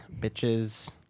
bitches